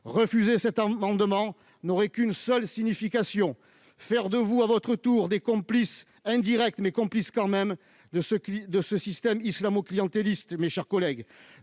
Refuser cet amendement n'aurait qu'une seule signification : faire de vous, à votre tour, des complices, certes indirects, mais complices quand même, de ce système islamo-clientéliste ! Le temps ! Mes chers collègues,